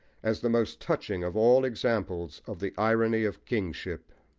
as the most touching of all examples of the irony of kingship.